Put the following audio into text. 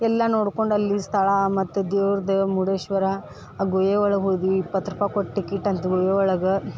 ಎಲ್ಲ ನೋಡ್ಕೊಂಡು ಅಲ್ಲಿನ ಸ್ಥಳ ಮತ್ತು ದೇವ್ರ್ದು ಮುರ್ಡೇಶ್ವರ ಆ ಗುಹೆ ಒಳಗೆ ಹೋಗಿ ಇಪ್ಪತ್ತು ರೂಪಾಯಿ ಕೊಟ್ಟು ಟಿಕೆಟ್ ಅಂತ ಗುಹೆ ಒಳಗೆ